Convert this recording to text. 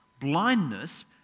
Blindness